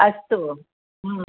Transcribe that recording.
अस्तु